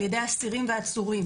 על ידי אסירים ועצורים